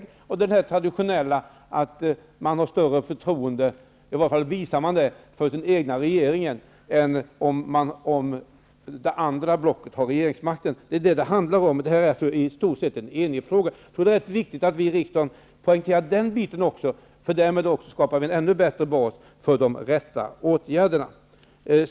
Det är ett uttryck för det traditionella, att man visar större förtroende för en regering från det egna blocket. Det är vad det handlar om. Vi är i stort sett eniga i denna fråga. Det är viktigt att vi poängterar det i riksdagen. Därmed skapar vi en ännu bättre bas för de riktiga åtgärderna.